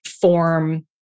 form